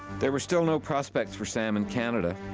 there were still no prospects for sam in canada.